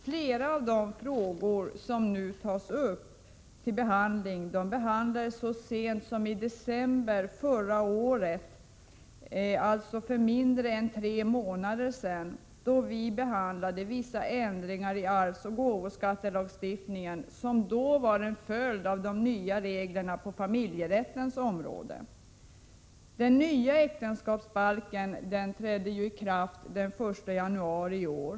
Flera av de frågor som nu tas upp till behandling behandlades så sent som i december förra året, dvs. för mindre än tre månader sedan, då vi behandlade vissa ändringar i arvsoch gåvoskattelagstiftningen som då var en följd av de nya reglerna på familjerättens område. Den nya äktenskapsbalken trädde i kraft den 1 januari i år.